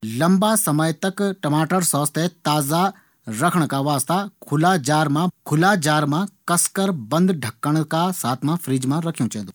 टमाटर सॉस थें ज्यादा समय तक सुरक्षित रखणा का वास्ता ये थें खुला जार मा कसीक ढक्कण लगेक फ्रिजर मा रखे जै सकदु।